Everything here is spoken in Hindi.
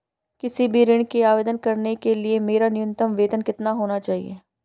किसी भी ऋण के आवेदन करने के लिए मेरा न्यूनतम वेतन कितना होना चाहिए?